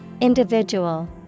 Individual